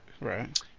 Right